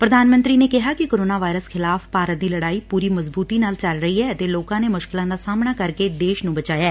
ਪ੍ਰਧਾਨ ਮੰਤਰੀ ਨੇ ਕਿਹਾ ਕਿ ਕੋਰੋਨਾ ਵਾਇਰਸ ਖਿਲਾਫ਼ ਭਾਰਤ ਦੀ ਲੜਾਈ ਪੂਰੀ ਮਜ਼ਬੂਤੀ ਨਾਲ ਚੱਲ ਰਹੀ ਏ ਅਤੇ ਲੋਕਾ ਨੇ ਮੁਸ਼ਕਲਾ ਦਾ ਸਾਹਮਣਾ ਕਰਕੇ ਦੇਸ਼ ਨੂੰ ਬਚਾਇਐ